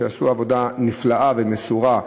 שעשו עבודה נפלאה ומסורה,